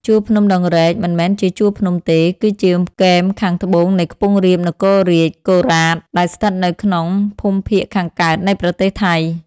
ជួរភ្នំដងរែកមិន មែនជាជួរភ្នំទេ គឺជាគែមខាងត្បូងនៃខ្ពង់រាបនគររាជ កូរ៉ាត ដែលស្ថិតនៅក្នុង ភូមិភាគខាងកើតនៃប្រទេសថៃ ។